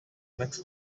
makes